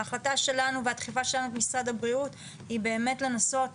ההחלטה שלנו והדחיפה שלנו את משרד הבריאות היא באמת לנסות